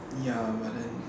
ya but then